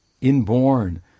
inborn